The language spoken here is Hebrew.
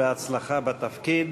בהצלחה בתפקיד.